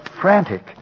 frantic